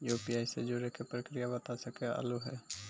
UPI से जुड़े के प्रक्रिया बता सके आलू है?